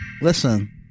Listen